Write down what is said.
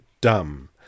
Dumb